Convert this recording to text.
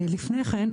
נטפליקס?